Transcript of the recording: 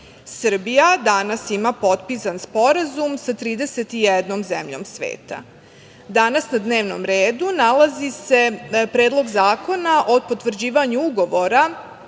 Srbija danas ima potpisan sporazum sa 31 zemljom sveta. Danas na dnevnom redu nalazi se Predlog zakona o potvrđivanju Ugovora